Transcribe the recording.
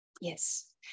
Yes